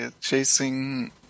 chasing